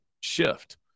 shift